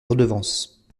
redevances